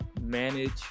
manage